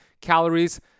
calories